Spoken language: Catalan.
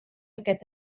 aquest